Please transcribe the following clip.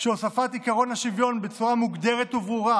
שהוספת עקרון השוויון בצורה מוגדרת וברורה,